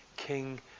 King